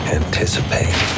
anticipate